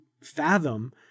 fathom